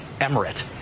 emirate